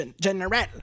General